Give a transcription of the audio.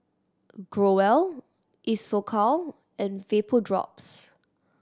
Growell Isocal and Vapodrops